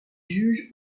juge